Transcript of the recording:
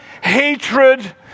hatred